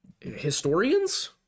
historians